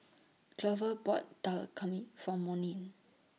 Glover bought Dal For Monnie